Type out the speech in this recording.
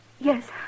Yes